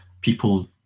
people